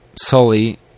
Sully